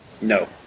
No